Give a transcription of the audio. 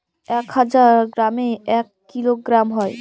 এক হাজার গ্রামে এক কিলোগ্রাম হয়